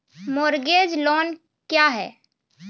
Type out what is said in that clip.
Mortgage loan क्या है?